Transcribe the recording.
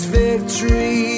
victory